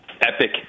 epic